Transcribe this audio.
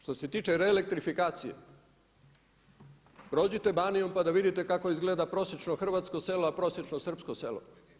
Što se tiče reelektrifikacije, prođite Banijom pa da vidite kako izgleda prosječno hrvatsko selo a prosječno srpsko selo.